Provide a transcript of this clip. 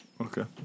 Okay